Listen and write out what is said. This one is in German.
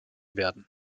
werden